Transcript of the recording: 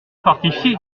fortifié